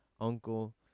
uncle